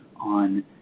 on